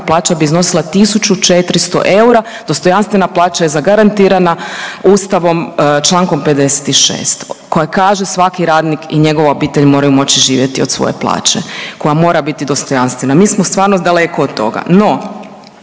plaća bi iznosila 1.400 eura, dostojanstvena plaća je zagarantirana Ustavom čl. 56. koja kaže svaki radnik i njegova obitelj moraju moći živjeti od svoje plaće koja mora biti dostojanstvena. Mi smo stvarno daleko od toga,